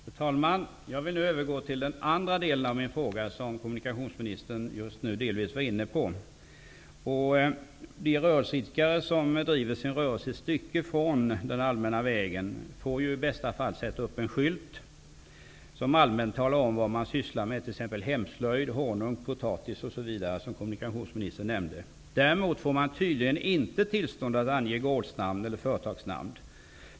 Fru talman! Jag vill nu övergå till den andra delen av min fråga, som kommunikationsministern nu delvis var inne på. De rörelseidkare som driver sin rörelse ett stycke från den allmänna vägen får i bästa fall sätta upp en skylt som allmänt talar om vad de sysslar med, t.ex. hemslöjd, honung eller potatis, som kommunikationsministern nämnde. Däremot får man tydligen inte tillstånd att ange gårdsnamn eller företagsnamn.